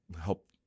help